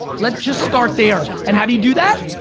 let's just start there. and how do you do that,